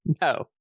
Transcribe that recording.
no